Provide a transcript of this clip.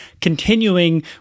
continuing